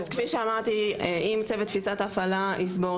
אז כפי שאמרתי אם צוות תפיסת ההפעלה יסבור